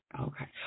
okay